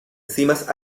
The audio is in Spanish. cimas